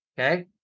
Okay